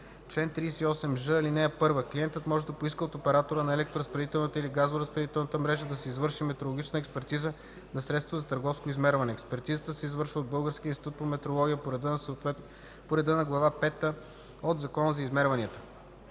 Чл. 38ж. (1) Клиентът може да поиска от оператора на електроразпределителната или газоразпределителната мрежа да се извърши метрологична експертиза на средството за търговско измерване. Експертизата се извършва от Българския институт по метрология по реда на Глава пета от Закона за измерванията.